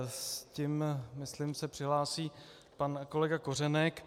S tím se myslím přihlásí pan kolega Kořenek.